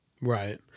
right